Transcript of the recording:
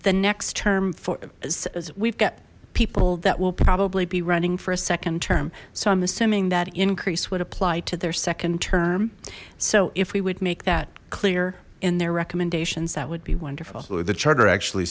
the next term for us as we've got people that will probably be running for a second term so i'm assuming that increase would apply to their second term so if we would make that clear in their recommendations that would be wonderful oh the charter actually